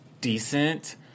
decent